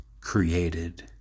created